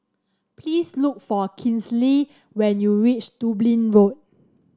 please look for Kinsley when you reach Dublin Road